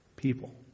People